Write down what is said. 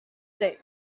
day